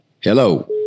Hello